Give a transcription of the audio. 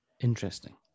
interesting